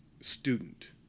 Student